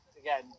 again